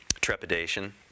trepidation